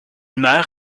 meurt